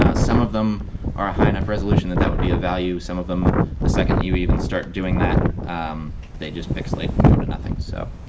ah some of them are a high enough resolution that that would be a value some of them the second you even start doing that they just pixelate and go to nothing. so